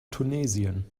tunesien